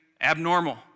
abnormal